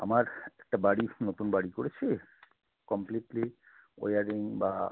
আমার একটা বাড়ি নতুন বাড়ি করেছি কমপ্লিটলি ওয়্যারিং বা